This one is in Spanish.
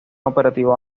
operativo